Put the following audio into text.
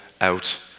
out